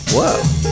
Whoa